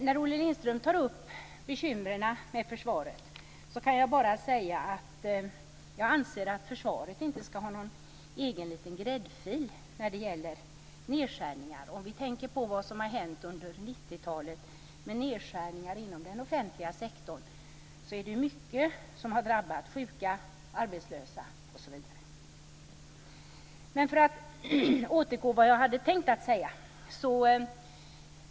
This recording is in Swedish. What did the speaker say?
När Olle Lindström tar upp bekymren med försvaret kan jag bara säga att jag anser att försvaret inte ska ha någon egen liten gräddfil när det gäller nedskärningar. Om vi tänker på vad som har hänt under 90-talet med nedskärningar inom den offentliga sektorn, kan vi ju se att det är mycket som har drabbat sjuka, arbetslösa osv. Jag ska återgå till vad jag hade tänkt att säga.